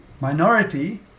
minority